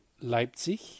Leipzig